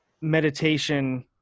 meditation